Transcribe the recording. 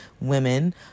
women